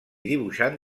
dibuixant